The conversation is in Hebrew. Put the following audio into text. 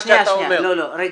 רגע,